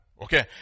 Okay